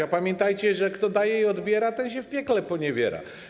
A pamiętajcie, że kto daje i odbiera, ten się w piekle poniewiera.